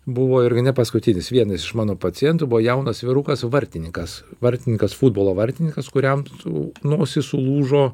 buvo irgi ne paskutinis vienas iš mano pacientų buvo jaunas vyrukas vartininkas vartininkas futbolo vartininkas kuriam su nosis sulūžo